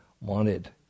wanted